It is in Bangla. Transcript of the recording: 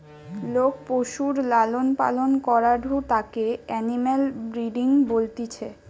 লোক পশুর লালন পালন করাঢু তাকে এনিম্যাল ব্রিডিং বলতিছে